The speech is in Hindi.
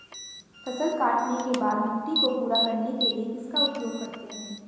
फसल काटने के बाद मिट्टी को पूरा करने के लिए किसका उपयोग करते हैं?